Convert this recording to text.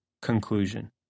Conclusion